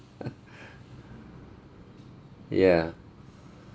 ya